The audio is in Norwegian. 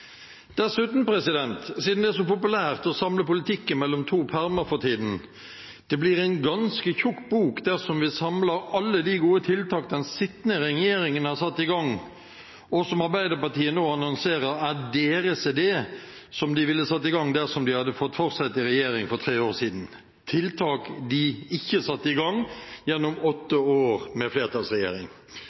Dessuten – siden det er så populært å samle politikken mellom to permer for tiden: Det blir en ganske tykk bok dersom vi samler alle de gode tiltak den sittende regjering har satt i gang, og som Arbeiderpartiet nå annonserer er deres idé, som de ville satt i gang dersom de hadde fått fortsette i regjering for tre år siden – tiltak de ikke satte i gang gjennom åtte år med flertallsregjering.